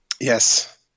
Yes